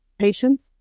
Patience